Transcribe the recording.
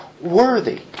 worthy